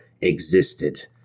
existed